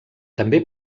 també